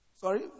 Sorry